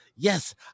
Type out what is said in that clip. Yes